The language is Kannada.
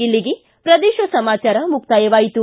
ಇಲ್ಲಿಗೆ ಪ್ರದೇಶ ಸಮಾಚಾರ ಮುಕ್ತಾಯವಾಯಿತು